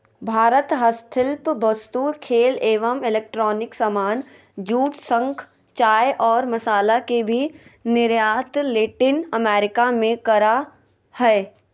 भारत हस्तशिल्प वस्तु, खेल एवं इलेक्ट्रॉनिक सामान, जूट, शंख, चाय और मसाला के भी निर्यात लैटिन अमेरिका मे करअ हय